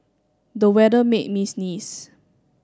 the weather made me sneeze